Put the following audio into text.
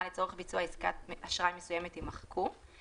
לצורך ביצוע עסקת אשראי מסוימת" יימחקו.